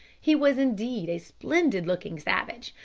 he was, indeed, a splendid-looking savage,